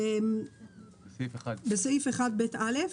בסעיף 1ב(א),